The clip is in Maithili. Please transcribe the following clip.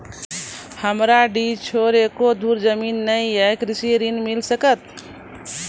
हमरा डीह छोर एको धुर जमीन न या कृषि ऋण मिल सकत?